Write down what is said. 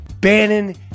Bannon